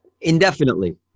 indefinitely